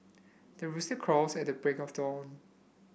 the rooster crows at the break of dawn